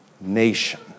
nation